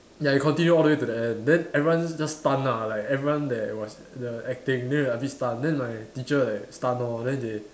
ya we continue all the way to the end then everyone just stun ah like everyone that was the acting then a bit stun then my teacher like stun lor then they